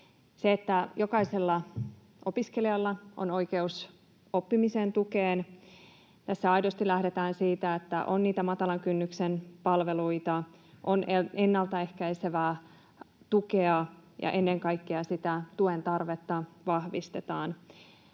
jokaisella opiskelijalla on oikeus oppimisen tukeen, niin tässä aidosti lähdetään siitä, että on niitä matalan kynnyksen palveluita, on ennaltaehkäisevää tukea, ja ennen kaikkea sitä tuen tarvetta vahvistetaan.